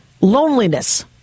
Loneliness